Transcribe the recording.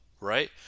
right